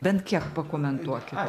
bent kiek pakomentuokit